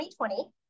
2020